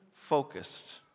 focused